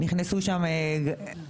נכנסו שם גרנטולוגים.